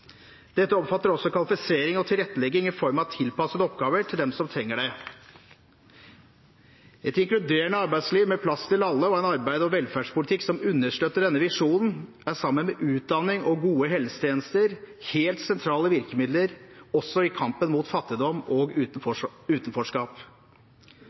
Dette omfatter også kvalifisering og tilrettelegging i form av tilpassede oppgaver til dem som trenger det. Et inkluderende arbeidsliv med plass til alle og en arbeids- og velferdspolitikk som understøtter denne visjonen, er, sammen med utdanning og gode helsetjenester, helt sentrale virkemidler også i kampen mot fattigdom og